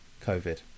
COVID